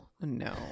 No